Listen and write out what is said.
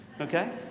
Okay